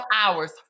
hours